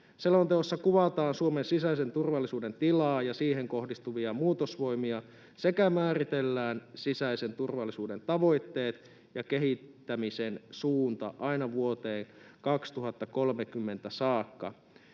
Selonteossa kuvataan Suomen sisäisen turvallisuuden tilaa ja siihen kohdistuvia muutosvoimia sekä määritellään sisäisen turvallisuuden tavoitteet ja kehittämisen suunta aina vuoteen 2030 saakka,